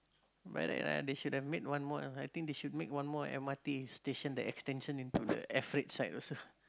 by right ah they should have made one more I think they should make one more m_r_t station that extension into the air freight side also